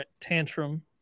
tantrum